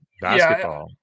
basketball